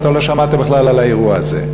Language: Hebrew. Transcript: שאתה לא שמעת בכלל על האירוע הזה,